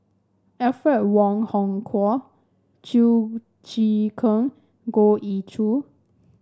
Alfred Wong Hong Kwok Chew Choo Keng Goh Ee Choo